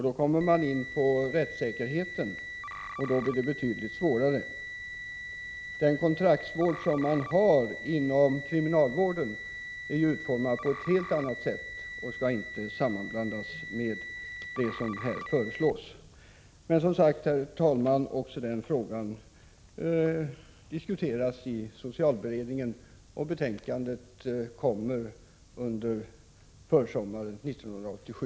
Då kommer man in på rättssäkerheten, och det blir betydligt svårare. Den kontraktsvård som finns inom kriminalvården är utformad på ett helt annat sätt och skall inte sammanblandas med det som här föreslås. Herr talman! Som sagt diskuteras också den här frågan i socialberedningen. Betänkandet kommer under försommaren 1987.